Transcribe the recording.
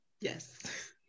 Yes